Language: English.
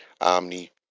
Omni